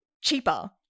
cheaper